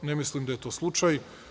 Ne mislim da je to slučaj.